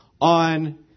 on